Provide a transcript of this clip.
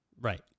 Right